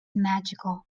magical